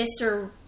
Mr